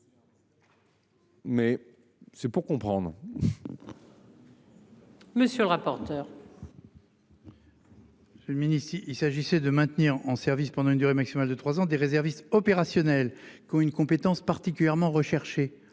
Mais c'est pour comprendre. Monsieur le rapporteur. Le ministre, il s'agissait de maintenir en service pendant une durée maximale de trois ans des réservistes opérationnels, qui ont une compétence particulièrement recherché